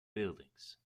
buildings